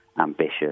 ambitious